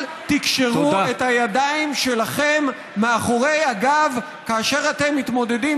אל תקשרו את הידיים שלכם מאחורי הגב כאשר אתם מתמודדים